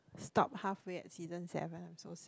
stop halfway at season seven I'm so sad